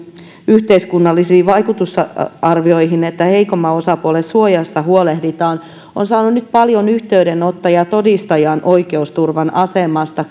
yhteiskunnallisiin vaikutusarvioihin että heikomman osapuolen suojasta huolehditaan olen saanut nyt paljon yhteydenottoja todistajan oikeusturvasta ja asemasta